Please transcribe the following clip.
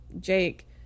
Jake